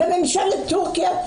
ממשלת תורכיה,